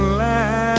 last